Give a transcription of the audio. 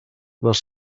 les